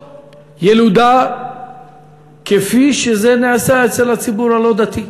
ילודה כפי שזה נעשה אצל הציבור הלא-דתי,